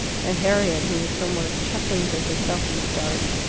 and harriet, who was somewhere chuckling to herself in the dark.